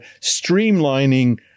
streamlining